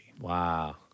Wow